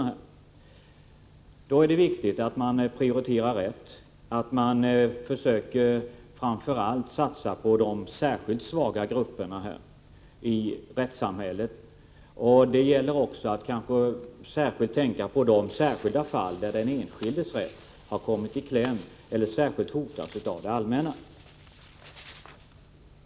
Då är det viktigt att man prioriterar rätt, att man framför allt försöker satsa på de särskilt svaga grupperna i rättssamhället. Det gäller också att särskilt tänka på de fall där den enskildes rätt har kommit i kläm eller hotas av det allmänna.